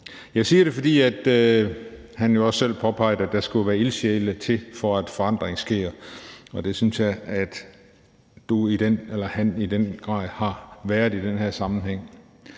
Jeg siger det, fordi han jo også selv påpegede, at der skulle ildsjæle til, for at forandring sker, og det synes jeg at han i den grad har været i den her sammenhæng.